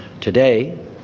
Today